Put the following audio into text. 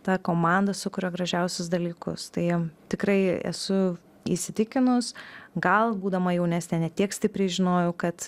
ta komanda sukuria gražiausius dalykus tai tikrai esu įsitikinus gal būdama jaunesnė ne tiek stipriai žinojau kad